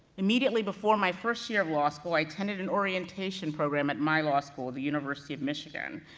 immediately before my first year of law school, i attended an orientation program at my law school, the university of michigan,